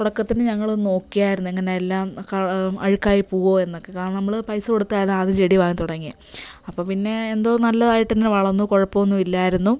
തുടക്കത്തിൽ ഞങ്ങളൊന്ന് നോക്കിയായിരുന്നു എങ്ങനെ എല്ലാം ക അഴുക്കായി പോവുമോ എന്നൊക്കെ കാരണം നമ്മൾ പൈസ കൊടുത്താണ് ആദ്യം ചെടി വാങ്ങിത്തുടങ്ങിയത് അപ്പോൾ പിന്നെ എന്തോ നല്ലതായിട്ട് തന്നെ വളർന്നു കുഴപ്പമൊന്നും ഇല്ലായിരുന്നു